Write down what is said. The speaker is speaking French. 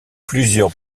plusieurs